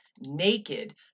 naked